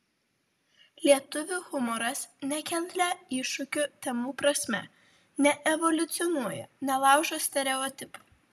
lietuvių humoras nekelia iššūkių temų prasme neevoliucionuoja nelaužo stereotipų